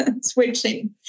switching